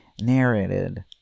narrated